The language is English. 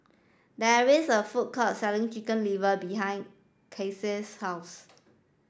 there is a food court selling chicken liver behind Casie's house